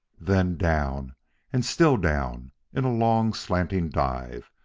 then down and still down in a long, slanting dive,